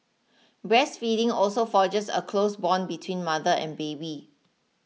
breastfeeding also forges a close bond between mother and baby